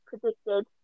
predicted